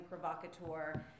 provocateur